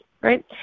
right